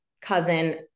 cousin